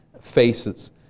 faces